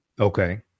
Okay